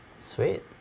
Sweet